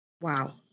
wow